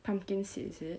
pumpkin seed is it